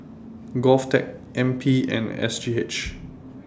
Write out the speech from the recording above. Govtech N P and S G H